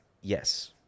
Yes